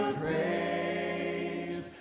praise